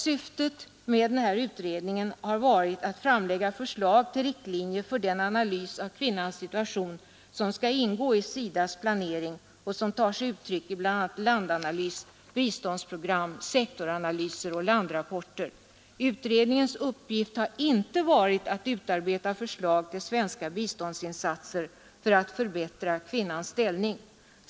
Syftet med den här utredningen har varit att framlägga förslag till riktlinjer för den analys av kvinnans situation som skall ingå i SIDA :s plahering och som tar sig uttryck i bl.a. landanalyser, biståndsprogram, sektoranalyser och landrapporter. Utredningens uppgift har inte varit att utarbeta förslag till svenska biståndsinsatser för att förbättra kvinnans ställning.